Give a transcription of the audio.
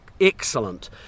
excellent